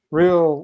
Real